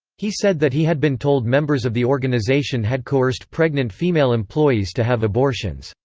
he said that he had been told members of the organization had coerced pregnant female employees to have abortions.